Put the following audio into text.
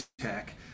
tech